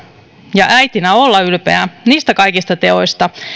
ja äitinä olla ylpeä niistä kaikista teoista